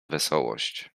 wesołość